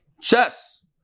Chess